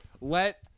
let